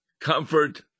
comfort